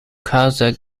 kyrgyz